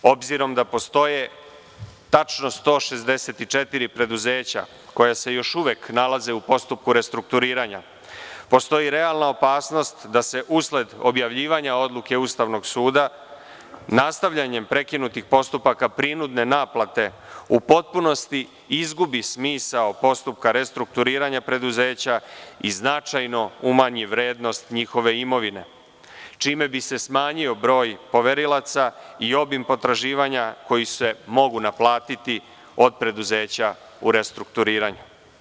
Obzirom da postoje tačno 164 preduzeća koja se još uvek nalaze u postupku restrukturiranja, postoji realna opasnost da se usled objavljivanja odluke Ustavnog suda, nastavljanjem prekinutih postupaka prinudne naplate, u potpunosti izgubi smisao postupka restrukturiranja preduzeća i značajno umanji vrednost njihove imovine, čime bi se smanjio broj poverilaca i obim potraživanja koji se mogu naplatiti od preduzeća u restrukturiranju.